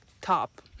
top